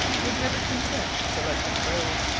would never consent to let him go.